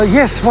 yes